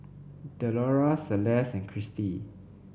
Delora Celeste and Cristi